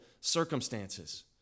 circumstances